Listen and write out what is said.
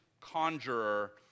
conjurer